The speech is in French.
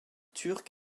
turc